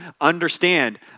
Understand